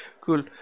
cool